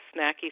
snacky